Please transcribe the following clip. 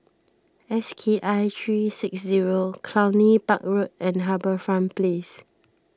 S K I three six zero Cluny Park Road and HarbourFront Place